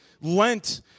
Lent